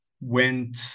went